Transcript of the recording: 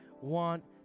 want